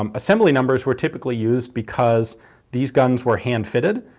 um assembly numbers were typically used because these guns were hand fitted,